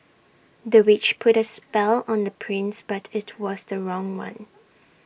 the witch put A spell on the prince but IT was the wrong one